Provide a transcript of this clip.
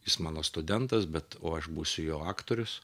jis mano studentas bet o aš būsiu jo aktorius